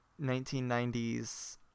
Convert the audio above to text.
1990s